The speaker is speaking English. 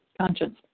conscience